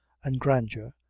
an' grandeur,